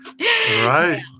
Right